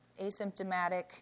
asymptomatic